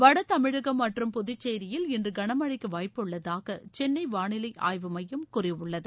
வடதமிழகம் மற்றும் புதுச்சேரியில் இன்று கனமழைக்கு வாய்ப்புள்ளதாக சென்னை வாளிலை ஆய்வு மையம் கூறியுள்ளது